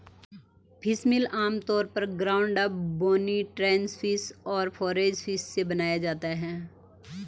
fishmeal आमतौर पर ground up, bony trash fish और फोरेज फिश से बनाया जाता है